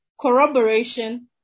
corroboration